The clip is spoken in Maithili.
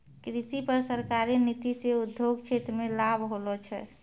कृषि पर सरकारी नीति से उद्योग क्षेत्र मे लाभ होलो छै